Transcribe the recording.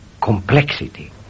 complexity